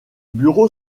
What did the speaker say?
bureau